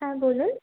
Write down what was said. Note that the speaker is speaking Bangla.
হ্যাঁ বলুন